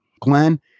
Glenn